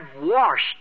washed